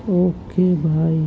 okay بھائی